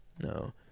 No